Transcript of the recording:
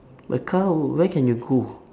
but car where can you go